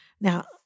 Now